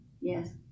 Yes